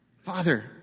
father